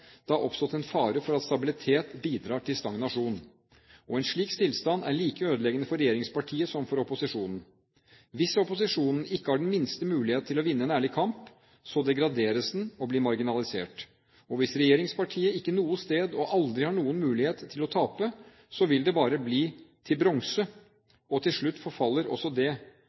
det har oppstått en fare for at stabilitet bidrar til stagnasjon. Og en slik stillstand er like ødeleggende for regjeringspartiet som for opposisjonen. Hvis opposisjonen ikke har den minste mulighet til å vinne en ærlig kamp – degraderes den og blir marginalisert. Og hvis regjeringspartiet ikke noe sted og aldri har noen mulighet til å tape, så vil det bare «bli til bronse» og til slutt forfaller det også,